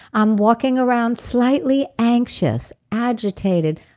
i'm walking around slightly anxious, agitated,